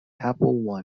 apple